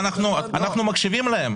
אנחנו מקשיבים להם.